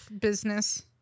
business